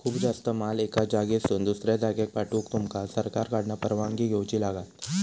खूप जास्त माल एका जागेसून दुसऱ्या जागेक पाठवूक तुमका सरकारकडना परवानगी घेऊची लागात